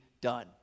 done